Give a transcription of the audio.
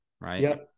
right